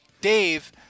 Dave